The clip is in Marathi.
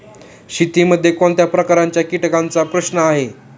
शेतीमध्ये कोणत्या प्रकारच्या कीटकांचा प्रश्न आहे?